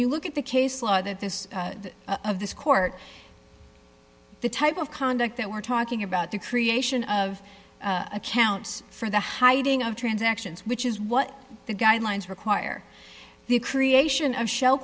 you look at the case law that this of this court the type of conduct that we're talking about the creation of accounts for the hiding of transactions which is what the guidelines require the creation of shell